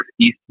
East